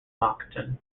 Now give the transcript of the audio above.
moncton